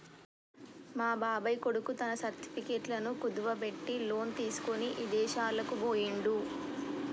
మా బాబాయ్ కొడుకు తన సర్టిఫికెట్లను కుదువబెట్టి లోను తీసుకొని ఇదేశాలకు బొయ్యిండు